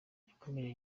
yakomeje